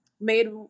made